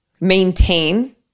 maintain